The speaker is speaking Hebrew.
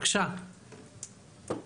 בבקשה.